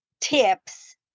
tips